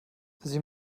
sie